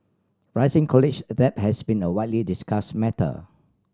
rising college debt has been a widely discussed matter